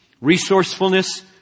resourcefulness